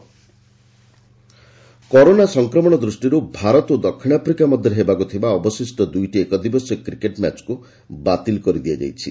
cricket କରୋନା ସଂକ୍ରମଣ ଦୃଷ୍ଟିରୁ ଭାରତ ଓ ଦକ୍ଷିଣ ଆଫ୍ରିକା ମଧ୍ୟରେ ହେବାକୁ ଥିବା ଅବଶିଷ୍ଟ ଦୂଇଟି ଏକଦିବସୀୟ କ୍ରିକେଟ୍ ମ୍ୟାଚ୍କୁ ବାତିଲ୍ କରିଦିଆଯାଇଛି